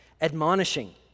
admonishing